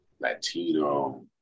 Latino